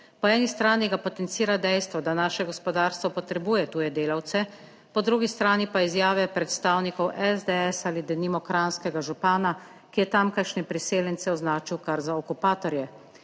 Po eni strani ga potencira dejstvo, da naše gospodarstvo potrebuje tuje delavce, po drugi strani pa izjave predstavnikov SDS ali denimo kranjskega župana, ki je tamkajšnje priseljence označil kar za okupatorje.